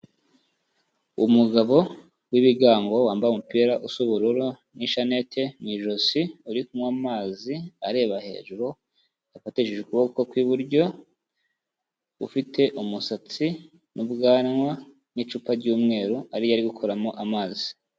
Umugabo wibigango wambaye umupira usa ubururu n'ishaneti mu ijosi, uri kunywa amazi areba hejuru, yafatishije ukuboko kw'iburyo, ufite umusatsi n'ubwanwa, n'icupa ry'umweru ariryo ari gukuramo amazi.